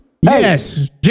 Yes